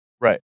Right